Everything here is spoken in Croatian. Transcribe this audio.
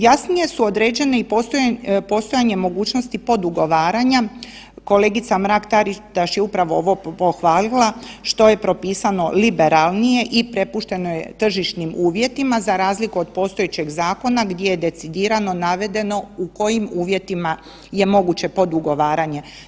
Jasnije su određene i postojanje mogućnosti podugovaranja, kolegica Mrak Taritaš je upravo ovo pohvalila što je propisano liberalnije i prepušteno je tržišnim uvjetima za razliku od postojećeg zakona gdje je decidirano navedeno u kojim uvjetima je moguće podugovaranje.